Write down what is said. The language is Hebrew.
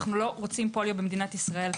אנחנו לא רוצים פוליו במדינת ישראל.